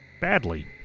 Badly